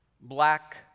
black